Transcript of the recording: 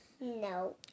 No